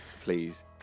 please